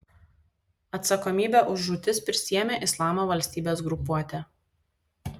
atsakomybę už žūtis prisiėmė islamo valstybės grupuotė